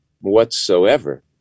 whatsoever